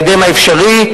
בהקדם האפשרי.